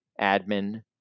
admin